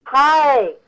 Hi